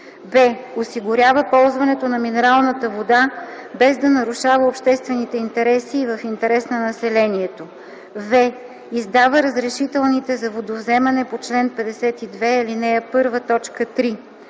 б) осигурява ползването на минералната вода, без да нарушава обществените интереси и в интерес на населението; в) издава разрешителните за водовземане по чл. 52, ал. 1,